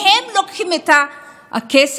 מהם לוקחים את הכסף,